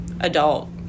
adult